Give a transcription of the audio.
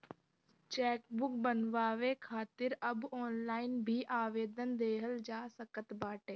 chequebook बनवावे खातिर अब ऑनलाइन भी आवेदन देहल जा सकत बाटे